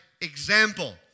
example